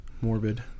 morbid